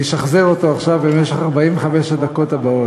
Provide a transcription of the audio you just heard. אני אשחזר אותו עכשיו, במשך 45 הדקות הבאות.